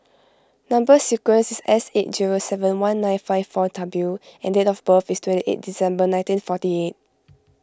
Number Sequence is S eight zero seven one nine five four W and date of birth is twenty eight December nineteen forty eight